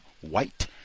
white